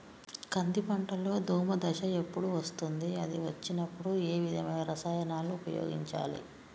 కంది పంటలో దోమ దశ ఎప్పుడు వస్తుంది అది వచ్చినప్పుడు ఏ విధమైన రసాయనాలు ఉపయోగించాలి?